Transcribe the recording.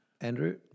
Andrew